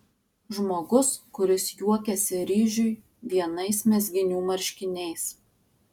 žmogus kuris juokiasi ryžiui vienais mezginių marškiniais